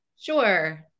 Sure